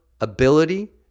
ability